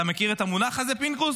אתה מכיר את המונח הזה, פינדרוס?